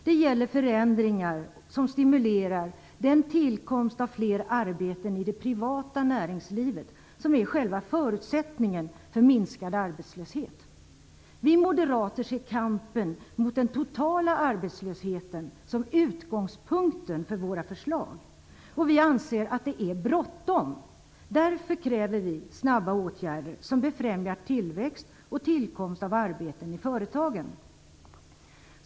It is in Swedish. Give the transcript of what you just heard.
Det gäller förändringar som stimulerar den tillkomst av fler arbeten i det privata näringslivet som är själva förutsättningen för minskad arbetslöshet. Vi moderater ser kampen mot den totala arbetslösheten som utgångspunkten för våra förslag, och vi anser att det är bråttom. Därför kräver vi snabba åtgärder som befrämjar tillväxt och tillkomst av arbeten i företagen.